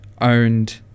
owned